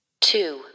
Two